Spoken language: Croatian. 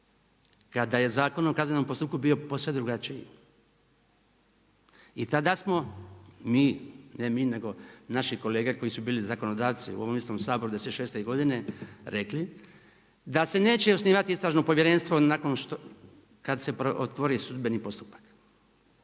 kada je Zakon o kaznenom postupku bio posve drugačiji i tada smo mi, ne mi nego naši kolege koji su bili zakonodavci u ovom istom Saboru da '96. godine rekli da se neće osnivati istražno povjerenstvo nakon što, kada se otvori sudbeni postupak.